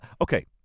Okay